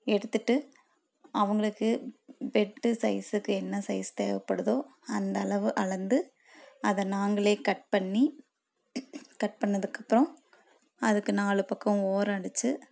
எடுத்துவிட்டு அவங்களுக்கு பெட்டு சைஸுக்கு என்ன சைஸ் தேவைப்படுதோ அந்த அளவு அளந்து அதை நாங்களே கட் பண்ணி கட் பண்ணிணதுக்கு அப்புறம் அதுக்கு நாலு பக்கம் ஓரம் அடித்து